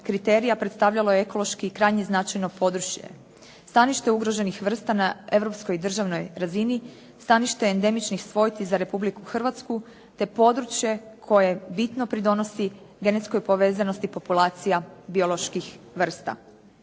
kriterija predstavljalo je ekološki i krajnje značajno područje, stanište ugroženih vrsta na europskoj i državnoj razini, stanište endemičnih svojti za Republiku Hrvatsku, te područje koje bitno pridonosi genetskoj povezanosti populacija bioloških vrsta.